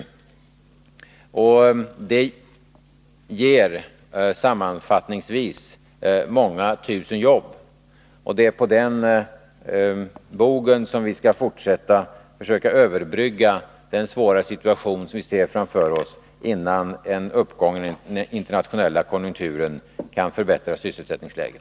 Det ger sammanfattningsvis många tusen jobb, och det är på den bogen som vi skall försöka överbrygga den svåra situation som vi ser framför oss, innan en uppgång i den internationella konjunkturen kan förbättra sysselsättningsläget.